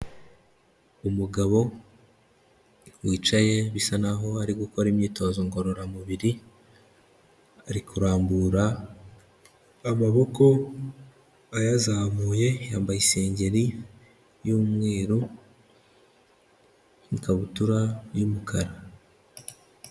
Umugabo wicaye bisa naho ari gukora imyitozo ngororamubiri, ari kurambura amaboko ayazamuye, yambaye isengeri y'umweru n'ikabutura y'umukara.